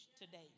today